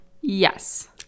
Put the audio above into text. yes